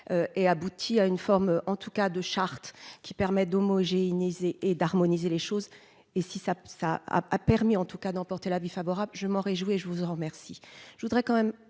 et aboutit à une forme en tout cas de charte qui permet d'homogénéiser et d'harmoniser les choses et si ça, ça a permis en tout cas d'emporter l'avis favorable, je m'en réjouis et je vous en remercie,